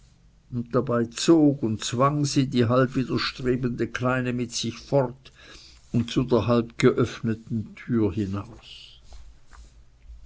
und dabei zog und zwang sie die halb widerstrebende kleine mit sich fort und zu der halb offen gebliebenen tür hinaus